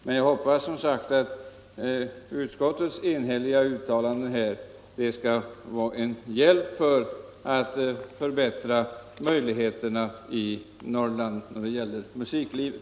Men jag hoppas, som sagt, att utskottets damål enhälliga uttalande skall vara en hjälp till bättre möjligheter för musiklivet